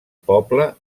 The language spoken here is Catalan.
poble